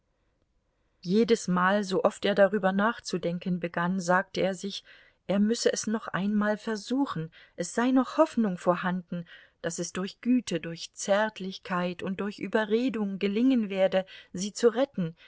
jedesmal sooft er darüber nachzudenken begann sagte er sich er müsse es noch einmal versuchen es sei noch hoffnung vorhanden daß es durch güte durch zärtlichkeit und durch überredung gelingen werde sie zu retten